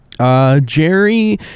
Jerry